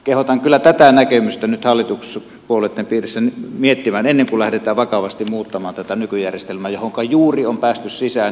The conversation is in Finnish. kehotan kyllä tätä näkemystä nyt hallituspuolueitten piirissä miettimään ennen kuin lähdetään vakavasti muuttamaan tätä nykyjärjestelmää johonka juuri on päästy sisään